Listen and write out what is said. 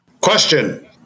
Question